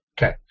Okay